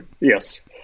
Yes